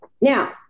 Now